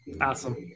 Awesome